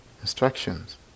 instructions